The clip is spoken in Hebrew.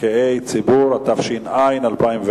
התשס"ט 2009,